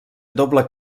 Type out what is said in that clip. doble